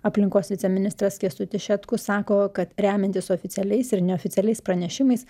aplinkos viceministras kęstutis šetkus sako kad remiantis oficialiais ir neoficialiais pranešimais